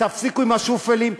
תפסיקו עם השופלים.